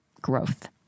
growth